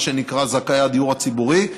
מה שנקרא זכאי הדיור הציבורי,